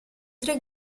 tre